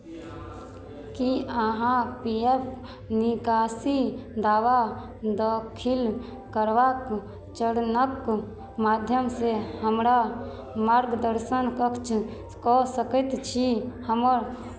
की अहाँ P F निकासी दावा दाखिल करबाक चरणक माध्यमसँ हमरा मार्गदर्शन कक्ष कऽ सकैत छी हमर